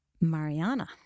Mariana